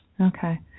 Okay